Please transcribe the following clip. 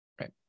Right